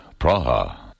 Praha